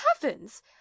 heavens